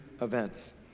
events